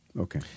Okay